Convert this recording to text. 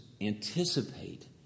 anticipate